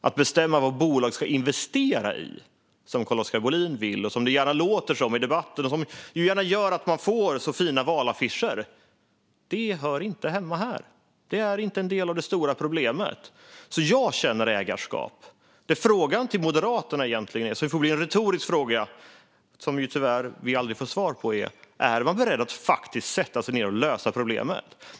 Att, som Carl-Oskar Bohlin vill, bestämma vad bolag ska investera i - det låter gärna så i debatten, och det gör att man får fina valaffischer - hör inte hemma här. Det är inte en del av det stora problemet. Jag känner ägarskap. Frågan till Moderaterna, som får en bli en retorisk fråga som vi tyvärr aldrig får svar på, är om man är beredd att faktiskt sätta sig ned och lösa problemet.